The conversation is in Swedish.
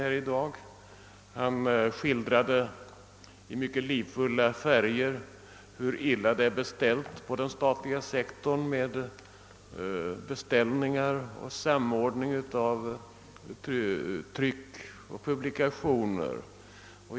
Han skildrade i mycket livfulla färger hur illa det på den statliga sektorn står till med beställningar och samordning av tryck och publikationer.